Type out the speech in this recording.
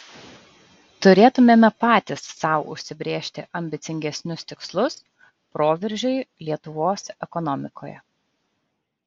turėtumėme patys sau užsibrėžti ambicingesnius tikslus proveržiui lietuvos ekonomikoje